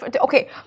okay